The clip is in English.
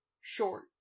short